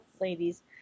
ladies